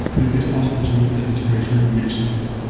it's possible to make that integration really smooth.